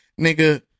nigga